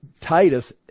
Titus